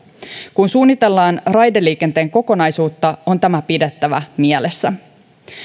kun suunnitellaan raideliikenteen kokonaisuutta on tämä pidettävä mielessä